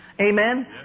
Amen